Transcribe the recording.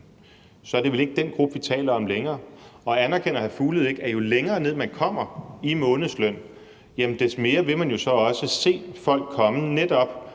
så er det vel ikke den gruppe, vi taler om længere. Og anerkender hr. Mads Fuglede ikke, at jo længere ned, man kommer i månedsløn, des mere vil man så også se folk komme netop